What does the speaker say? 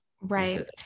Right